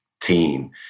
team